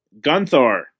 Gunthar